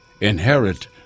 inherit